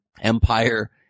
empire